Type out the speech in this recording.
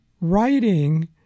Writing